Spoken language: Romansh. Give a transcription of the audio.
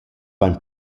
vain